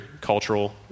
cultural